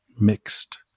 mixed